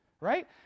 Right